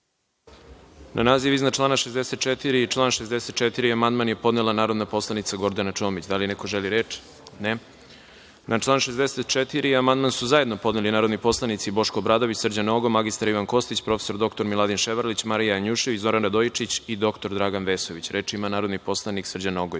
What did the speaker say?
Na naziv iznad člana 64. i član 64. amandman je podnela narodna poslanica Gordana Čomić. Da li neko želi reč? (Ne.)Na član 64. amandman su zajedno podneli narodni poslanici Boško Obradović, Srđan Nogo, mr Ivan Kostić, prof. dr Miladin Ševarlić, Marija Janjušević, Zoran Radojičić i dr Dragan Vesović. Reč ima narodni poslanik Srđan Nogo.